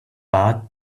but